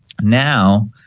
now